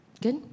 Good